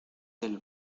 del